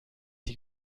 die